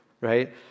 right